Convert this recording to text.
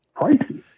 pricey